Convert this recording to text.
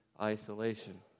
isolation